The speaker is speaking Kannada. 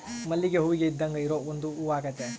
ಮಲ್ಲಿಗೆ ಹೂವಿಗೆ ಇದ್ದಾಂಗ ಇರೊ ಒಂದು ಹೂವಾಗೆತೆ